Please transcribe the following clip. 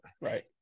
Right